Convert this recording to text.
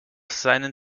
seinen